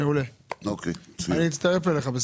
אני מצטרף אליך.